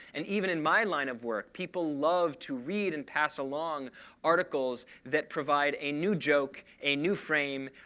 and even in my line of work, people love to read and pass along articles that provide a new joke, a new frame,